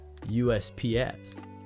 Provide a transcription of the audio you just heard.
USPS